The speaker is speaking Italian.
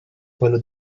quello